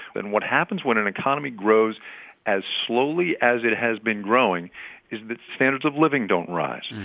and what happens when an economy grows as slowly as it has been growing is that standards of living don't rise.